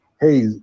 hey